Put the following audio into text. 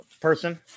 person